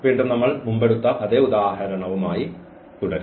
വീണ്ടും നമ്മൾ മുമ്പെടുത്ത അതേ ഉദാഹരണം ഉദാഹരണവുമായിതുടരും